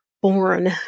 born